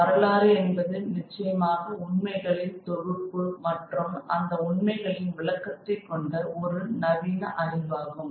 வரலாறு என்பது நிச்சயமாக உண்மைகளின் தொகுப்பு மற்றும் அந்த உண்மைகளின் விளக்கத்தை கொண்ட ஒரு நவீன அறிவாகும்